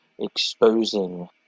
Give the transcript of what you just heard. exposing